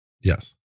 Yes